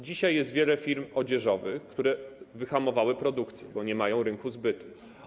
Dzisiaj jest wiele firm odzieżowych, które wyhamowały produkcję, bo nie mają rynku zbytu.